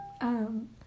Um-